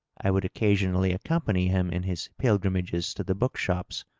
i would occasionally accompany him in his pilgrimages to the book shops,